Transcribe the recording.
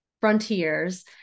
frontiers